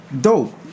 dope